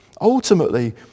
Ultimately